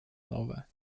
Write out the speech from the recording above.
nowe